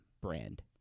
brand